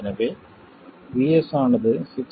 எனவே VS ஆனது 6